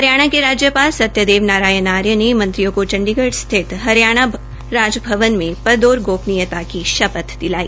हरियाणा के राज्यपाल सत्यदेव नारायण आर्य ने मंत्रियों को चंडीगढ़ स्थित हरियाणा राजभवन में पद और गोपनियता की शपथ दिलाई